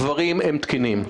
הדברים הם תקינים.